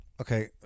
Okay